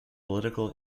political